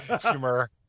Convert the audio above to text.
humor